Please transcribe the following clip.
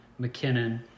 McKinnon